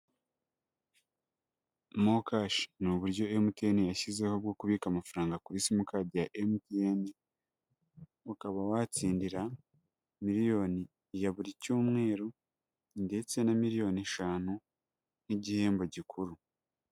Mokashi ni uburyo MTN yashyizeho bwo kubika amafaranga kuri simukadi ya MTN, ukaba watsindira miliyoni ya buri cyumweru ndetse na miliyoni eshanu n'igihembo gikuru.